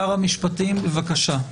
שר המשפטים, בבקשה.